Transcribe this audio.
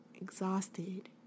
exhausted